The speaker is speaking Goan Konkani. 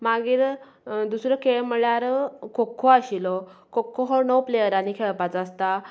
मागीर दुसरो खेळ म्हळ्यार खोखो आशिल्लो खोखो हो णव प्लेयरांनी खेळपाचो आसता